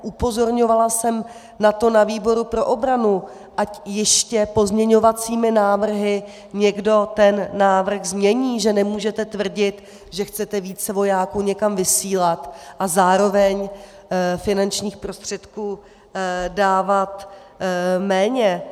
Upozorňovala jsem na to na výboru pro obranu, ať ještě pozměňovacími návrhy někdo ten návrh změní, že nemůžete tvrdit, že chcete více vojáků někam vysílat, a zároveň finančních prostředků dávat méně.